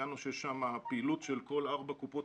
ציינו שיש שם פעילות של כל ארבע קופות